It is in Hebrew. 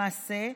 למעשה,